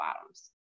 bottoms